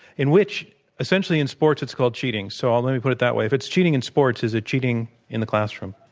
in which essentially in sports, it's called cheating. so let me put it that way. if it's cheating in sports, is it cheating in the classroom?